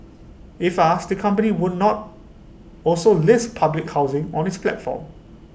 if asked the company would not also list public housing on its platform